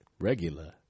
regular